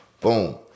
Boom